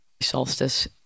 solstice